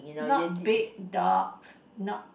not big dogs not